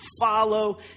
follow